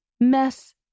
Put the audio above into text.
mess